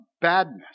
badness